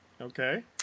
Okay